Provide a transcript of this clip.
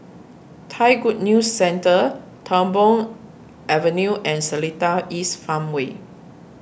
Thai Good News Centre Tung Po Avenue and Seletar East Farmway